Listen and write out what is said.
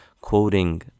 quoting